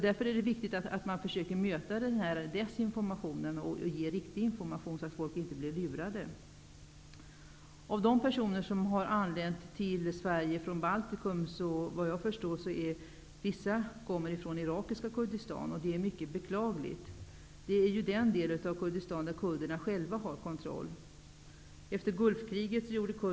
Därför är det viktigt att man försöker möta denna desin formation och i stället ge riktig information, så att människor inte blir lurade. Såvitt jag förstår kommer en del av de personer som senast anlänt till Sverige via Baltikum från irakiska Kurdistan. Det är mycket beklagligt. Det är ju den del av Kurdistan där kurderna själva har kontrollen.